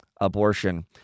abortion